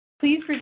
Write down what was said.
Please